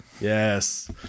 yes